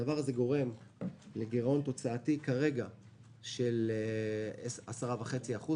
הדבר הזה גורם לגירעון תוצאתי של 10.5% כרגע.